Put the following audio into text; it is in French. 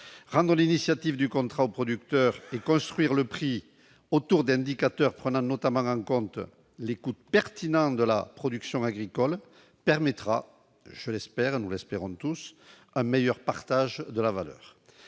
Rendre l'initiative du contrat au producteur et construire le prix autour d'indicateurs prenant en compte, notamment, les coûts pertinents de la production agricole permettra- je l'espère, nous l'espérons tous -un meilleur partage de la valeur.